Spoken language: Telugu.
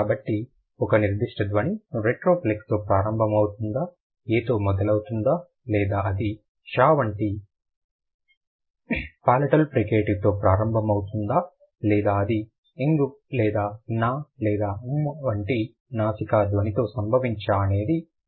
కాబట్టి ఒక నిర్దిష్ట ధ్వని రెట్రోఫ్లెక్స్ తో ప్రారంభమవుతుందా aతో మొదలవుతుందా లేదా అది ష వంటి పాలటల్ ఫ్రికేటివ్తో ప్రారంభమవుతుందా లేదా అది ng లేదా na లేదా mm వంటి నాసికా ధ్వనితో సంభవించవచ్చా అనేది మనం చెప్పగలం